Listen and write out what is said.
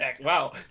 Wow